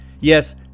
Yes